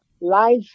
life